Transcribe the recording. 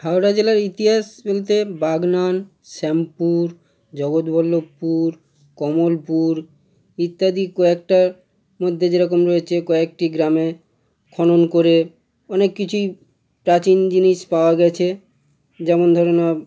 হাওড়া জেলার ইতিহাস বলতে বাগনান শ্যামপুর জগৎবল্লভপুর কমলপুর ইত্যাদি কয়েকটা মধ্যে যেরকম রয়েছে কয়েকটি গ্রামে খনন করে অনেক কিছুই প্রাচীন জিনিস পাওয়া গিয়েছে যেমন ধরে নাও